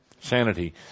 sanity